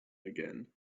again